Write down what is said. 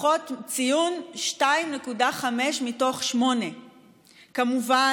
ציון 2.5 מתוך 8. כמובן,